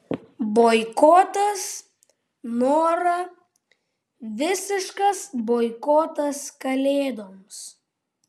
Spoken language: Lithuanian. boikotas nora visiškas boikotas kalėdoms